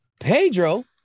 Pedro